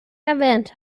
erwähnt